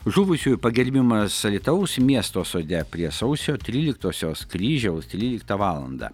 žuvusiųjų pagerbimas alytaus miesto sode prie sausio tryliktosios kryžiaus tryliktą valandą